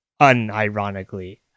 unironically